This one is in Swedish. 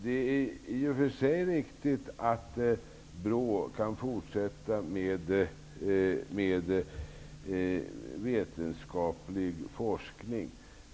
Det är i och för sig riktigt att BRÅ kan fortsätta med vetenskaplig forskning.